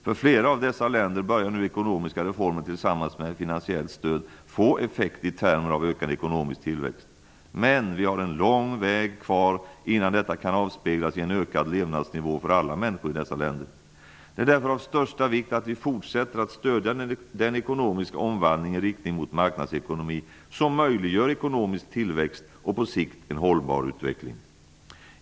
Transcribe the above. För flera av dessa länder börjar nu ekonomiska reformer tillsammans med ett finansiellt stöd få effekt i termer av ökad ekonomisk tillväxt. Men vi har en lång väg kvar innan detta kan avspeglas i en ökad levnadsnivå för alla människor i dessa länder. Det är därför av största vikt att vi fortsätter att stödja den ekonomiska omvandlingen i riktning mot marknadsekonomi, som möjliggör ekonomisk tillväxt och på sikt en hållbar utveckling.